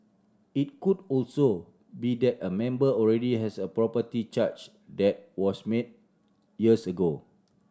it could also be that a member already has a property charge that was made years ago